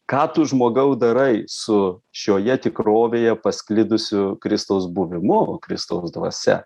ką tu žmogau darai su šioje tikrovėje pasklidusiu kristaus buvimu kristaus dvasia